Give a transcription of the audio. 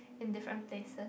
in different places